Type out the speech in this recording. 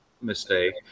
mistake